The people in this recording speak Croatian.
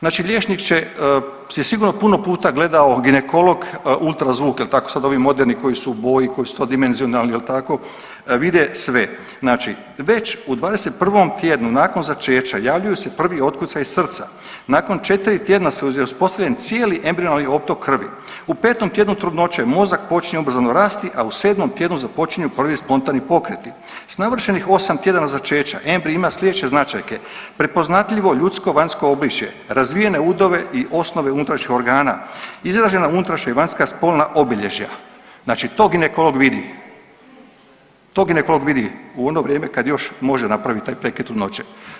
Znači liječnik će, je sigurno puno puta gledao ginekolog ultrazvuk jel tako sad ovi moderni koji su u boji, koji su to dimenzionalni jel tako, vide sve, znači već u 21. tjednu nakon začeća javljaju se prvi otkucaji srca, nakon 4 tjedna je uspostavljen cijeli embrionalni optok krvi, u 5. tjednu trudnoće mozak počinje ubrzano rasti, a u 7. tjednu započinju prvi spontani pokreti, s navršenih 8. tjedana začeća embrij ima slijedeće značajke, prepoznatljivo ljudsko vanjsko obličje, razvijene udove i osnove unutrašnjih organa, izražena unutrašnja i vanjska spolna obilježja, znači to ginekolog vidi, to ginekolog vidi u ono vrijeme kad još može napravit taj prekid trudnoće.